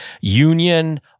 union